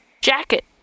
jacket